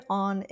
on